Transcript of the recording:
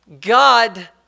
God